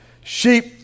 sheep